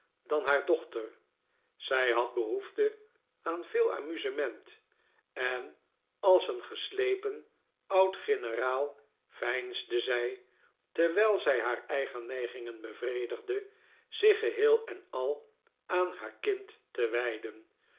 dan haar dochter zij had behoefte aan veel amusement en als een geslepen oud generaal veinsde zij terwijl zij haar eigen neigingen bevredigde zich geheel en al aan haar kind te wij